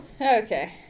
Okay